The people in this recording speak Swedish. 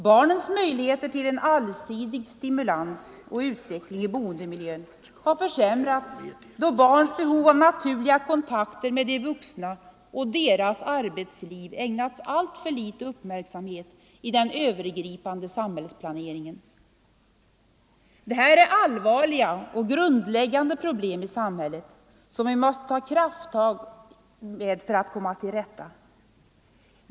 Barnens möjligheter till en allsidig stimulans och utveckling i boendemiljön har försämrats, då barns behov av naturliga kontakter med de vuxna och deras arbetsliv ägnats alltför liten uppmärksamhet i den övergripande samhällsplaneringen. Det här är allvarliga och grundläggande problem i samhället, som vi måste ta krafttag för att komma till rätta med.